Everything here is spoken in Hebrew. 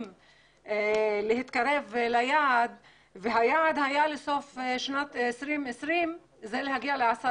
להתקרב ליעד שהוא סוף 2020 זה להגיע ל-10%.